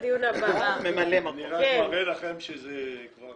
אני רק מראה לכם שהזמן כבר עובר.